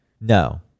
No